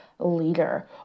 leader